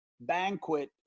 banquet